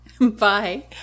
Bye